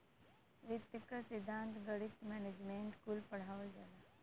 वित्त क सिद्धान्त, गणित, मैनेजमेंट कुल पढ़ावल जाला